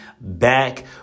back